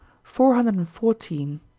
four hundred and fourteen.